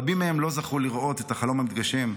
רבים מהם לא זכו לראות את החלום מתגשם,